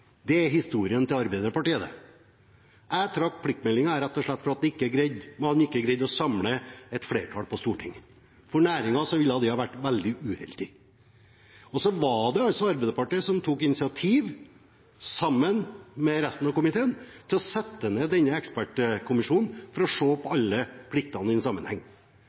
Det er historien til Arbeiderpartiet, det. Jeg trakk pliktmeldingen rett og slett fordi man ikke greide å samle et flertall på Stortinget. For næringen ville det ha vært veldig uheldig. Så var det altså Arbeiderpartiet som tok initiativ, sammen med resten av komiteen, til å sette ned denne ekspertkommisjonen for å se alle pliktene i sammenheng. Så kom det en